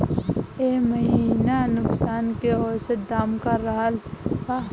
एह महीना नेनुआ के औसत दाम का रहल बा?